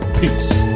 Peace